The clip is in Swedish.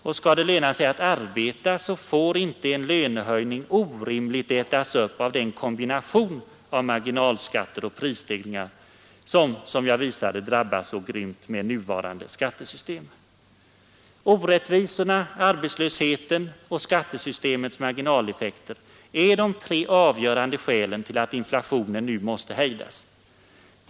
Och skall det löna sig att arbeta, får inte en lönehöjning orimligt ätas upp av den kombination av marginalskatter och prisstegringar som enligt vad jag har visat drabbar så grymt med nuvarande skattesystem. Orättvisorna, arbetslösheten och skattesystemets marginaleffekter är de tre avgörande skälen till att inflationen nu måste hejdas.